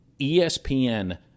ESPN